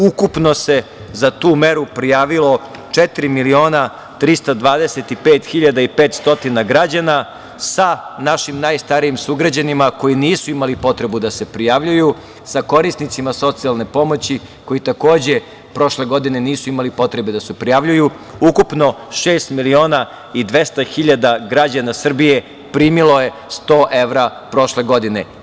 Ukupno se za tu meru prijavilo se 4.325.500 građana sa našim najstarijim sugrađanima koji nisu imali potrebu da se prijavljuju sa korisnicima socijalne pomoći koji, takođe prošle godine nisu imali potrebe da se prijavljuju, ukupno 6.200.000 građana Srbije primilo je 100 evra prošle godine.